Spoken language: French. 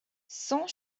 cent